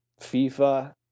FIFA